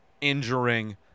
injuring